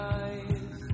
eyes